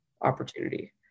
opportunity